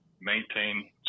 Maintain